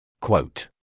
Quote